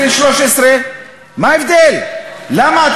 מה ההבדל בין 12 ל-13?